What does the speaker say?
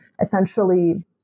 essentially